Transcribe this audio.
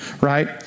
right